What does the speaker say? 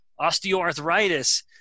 Osteoarthritis